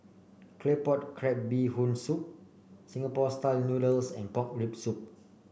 Claypot Crab Bee Hoon Soup Singapore style noodles and Pork Rib Soup